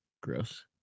gross